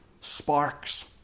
sparks